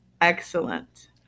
excellent